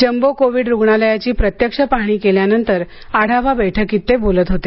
jumbo Covid रुग्णालयाची प्रत्यक्ष पाहणी केल्यानंतर आढावा बैठकीत ते बोलत होते